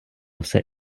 все